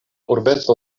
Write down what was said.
urbeto